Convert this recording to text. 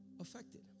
affected